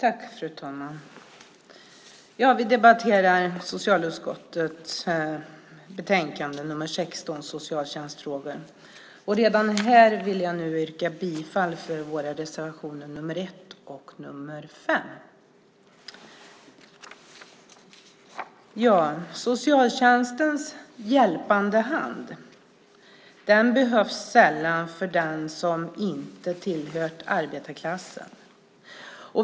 Fru talman! Vi debatterar socialutskottets betänkande nr 16, Socialtjänstfrågor . Redan här vill jag nu yrka bifall till våra reservationer nr 1 och nr 5. Socialtjänstens hjälpande hand behövs sällan för den som inte har tillhört arbetarklassen.